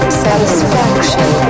satisfaction